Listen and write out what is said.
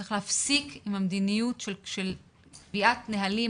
צריך להפסיק עם המדיניות של קביעת נהלים,